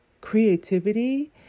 creativity